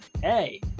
Hey